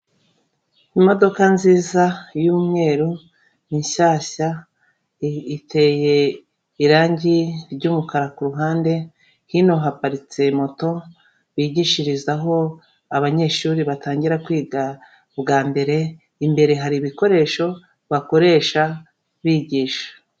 Imodoka nziza y'umweru nishyashya iteye irangi ry'umukara kuruhande, hino haparitse moto bigishirizaho abanyeshuri batangira kwiga bwa mbere, imbere hari ibikoresho, bakoresha, bigisha.